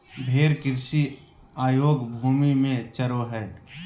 भेड़ कृषि अयोग्य भूमि में चरो हइ